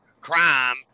crime